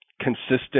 consistent